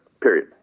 Period